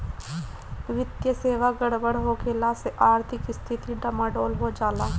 वित्तीय सेवा गड़बड़ होखला से आर्थिक स्थिती डमाडोल हो जाला